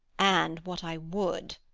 and what i would,